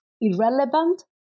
irrelevant